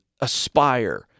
aspire